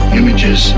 images